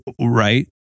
right